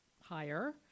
higher